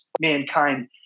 mankind